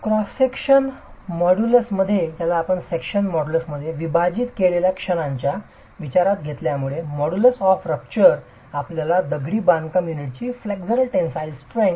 cross सेक्शनच्या section मॉड्यूलसने विभाजित केलेल्या क्षणाच्या विचारात घेतल्यामुळे मोडुलस ऑफ रपचर आपल्याला दगडी बांधकाम युनिटची फ्लेक्सरल टेनसाईल स्ट्रेंग्थ